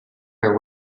her